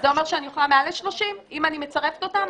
אז זה אומר שאני אוכל מעל ל-30 אם אני מצרפת אותן,